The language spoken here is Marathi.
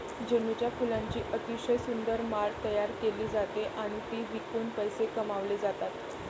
झेंडूच्या फुलांची अतिशय सुंदर माळ तयार केली जाते आणि ती विकून पैसे कमावले जातात